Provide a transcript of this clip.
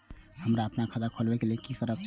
हमरा खाता खोलावे के लेल की सब चाही?